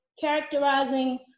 characterizing